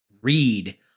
read